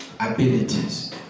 abilities